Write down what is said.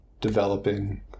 developing